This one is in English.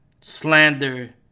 slander